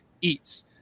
eats